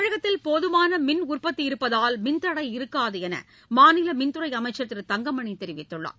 தமிழகத்தில் போதமான மின்சார உற்பத்தி இருப்பதால் மின்தடை இருக்காது என்று மாநில மின்துறை அமைச்சர் திரு தங்கமணி தெரிவித்துள்ளார்